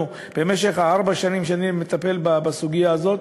במשך ארבע השנים שאני מטפל בסוגיה הזאת